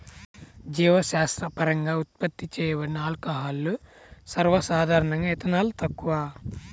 జీవశాస్త్రపరంగా ఉత్పత్తి చేయబడిన ఆల్కహాల్లు, సర్వసాధారణంగాఇథనాల్, తక్కువ